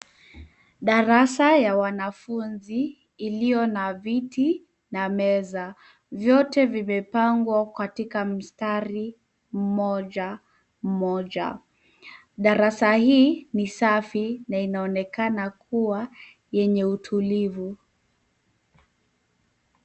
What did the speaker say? Darasa ya wanafunzi iliyo na viti na meza. Vyote vimepangwa katika mistari moja moja. Darasa hii ni safi na inaonekana kuwa yeye utulivu.